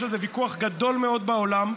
יש על זה ויכוח גדול מאוד בעולם,